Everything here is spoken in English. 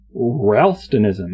Ralstonism